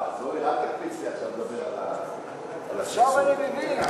עכשיו אני מבין.